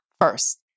first